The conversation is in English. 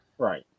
Right